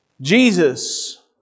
Jesus